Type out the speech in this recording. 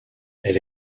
elle